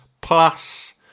plus